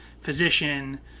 physician